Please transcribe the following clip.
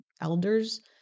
elders